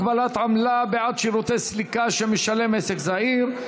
הגבלת עמלה בעד שירותי סליקה שמשלם עסק זעיר,